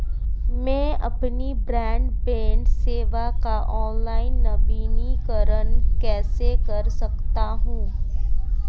मैं अपनी ब्रॉडबैंड सेवा का ऑनलाइन नवीनीकरण कैसे कर सकता हूं?